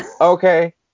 Okay